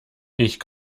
ich